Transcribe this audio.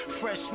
Fresh